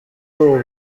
ubu